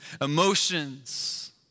emotions